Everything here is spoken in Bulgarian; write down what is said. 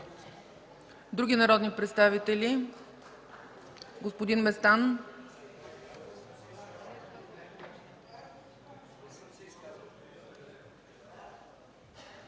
Други народни представители? Господин Янаки